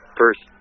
first